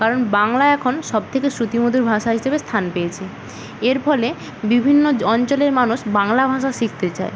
কারণ বাংলা এখন সব থেকে শ্রুতিমধুর ভাষা হিসেবে স্থান পেয়েছে এর ফলে বিভিন্ন অঞ্চলের মানুষ বাংলা ভাষা শিখতে চায়